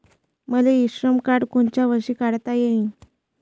मले इ श्रम कार्ड कोनच्या वर्षी काढता येईन?